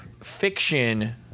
fiction